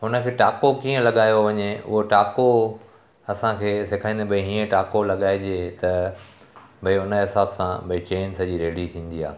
उनखे टाको कीअं लॻायो वञे उहो टाको असांखे सेखारींदा भाई हीअं टाको लॻाइजे त भाई हुन हिसाब सां भई चैन सॼी रेडी थींदी आहे